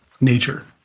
nature